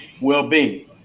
well-being